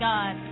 God